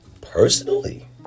Personally